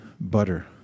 butter